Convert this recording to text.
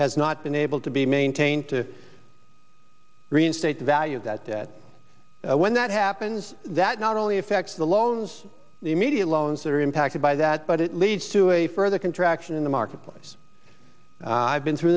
has not been able to be maintained to reinstate the value of that debt when that happens that not only affects the loans the immediate loans that are impacted by that but it leads to a further contraction in the marketplace i've been through